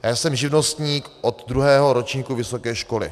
Já jsem živnostník od druhého ročníku vysoké školy.